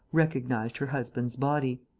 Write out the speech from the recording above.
recognized her husband's body.